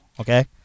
okay